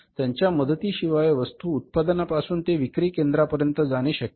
त्यांच्या मदती शिवाय वस्तू उत्पादनापासून ते विक्री केंद्रापर्यंत जाणे शक्य नाही